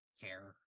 care